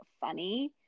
funny